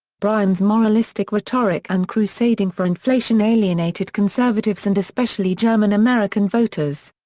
bryan's moralistic rhetoric and crusading for inflation alienated conservatives and especially german american voters.